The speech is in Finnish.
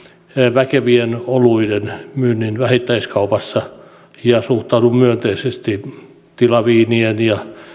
väkevien oluiden myynnin vähittäiskaupassa ja suhtaudun myönteisesti tilaviinien ja